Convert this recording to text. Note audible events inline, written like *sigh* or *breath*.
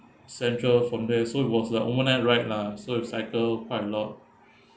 central from there so it was a overnight ride lah so we cycle quite a lot *breath*